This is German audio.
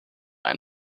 ein